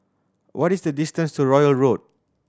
what is the distance to Royal Road